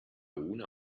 una